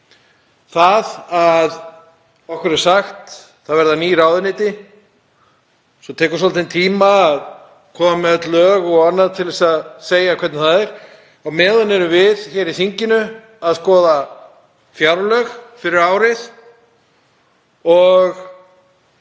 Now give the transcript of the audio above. það að okkur er sagt: Það verða ný ráðuneyti. Svo tekur svolítinn tíma að koma með öll lög og annað til að segja hvernig það er. Á meðan erum við hér í þinginu að skoða fjárlög fyrir árið og